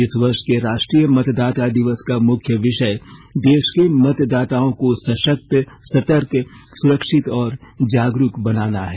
इस वर्ष के राष्ट्रीय मतदाता दिवस का मुख्य विषय देश के मतदाताओं को सशक्त सतर्क सुरक्षित और जागरूक बनाना है